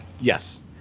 Yes